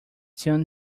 tune